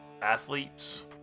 athletes